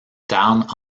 tarn